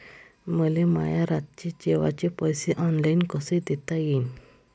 मले माया रातचे जेवाचे पैसे ऑनलाईन कसे देता येईन?